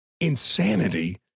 insanity